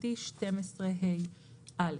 סעיף 55א12ה(א)".